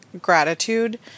gratitude